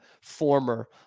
former